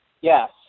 Yes